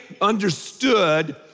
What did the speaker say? understood